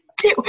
two